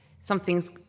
something's